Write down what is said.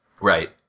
right